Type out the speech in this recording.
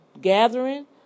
gathering